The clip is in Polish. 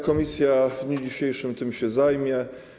Komisja w dniu dzisiejszym się tym zajmie.